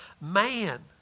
man